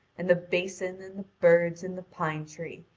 and the basin and the birds in the pine-tree,